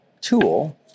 tool